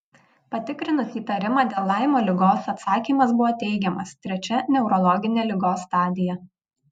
patikrinus įtarimą dėl laimo ligos atsakymas buvo teigiamas trečia neurologinė ligos stadija